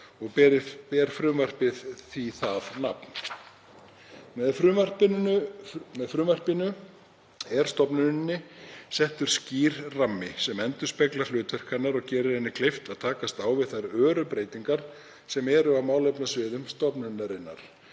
og ber frumvarpið því það nafn. Með frumvarpinu er stofnuninni settur skýr rammi sem endurspeglar hlutverk hennar og gerir henni kleift að takast á við þær öru breytingar sem eru á málefnasviðum stofnunarinnar.